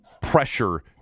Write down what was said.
pressure